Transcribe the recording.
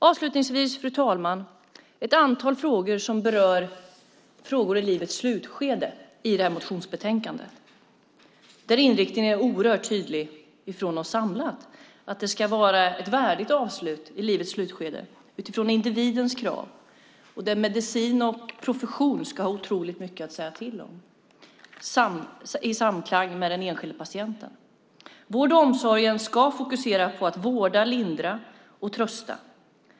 Avslutningsvis, fru talman, finns det ett antal frågor i motionsbetänkandet som berör livets slutskede. Inriktningen är oerhört tydlig från oss samlat: Det ska vara ett värdigt avslut i livets slutskede utifrån individens krav. Medicin och profession ska ha mycket att säga till om i samklang med den enskilde patienten. Vården och omsorgen ska fokusera på att vårda, lindra och trösta.